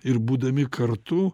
ir būdami kartu